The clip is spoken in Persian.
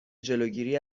جلوگیری